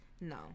No